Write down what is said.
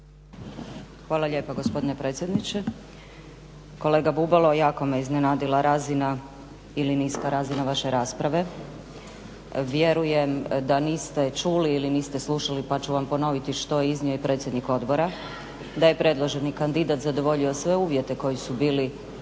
Hvala lijepa gospodine predsjedniče. Kolega Bubalo, jako me iznenadila razina ili niska razina vaše rasprave. vjerujem da niste čuli ili niste slušali pa ću vam ponoviti što je iznio i predsjednik Odbora, da je predloženi kandidat zadovoljio sve uvjete koji su bili